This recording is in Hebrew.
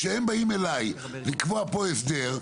כשהם באים אליי בשביל לקבוע פה הסדר,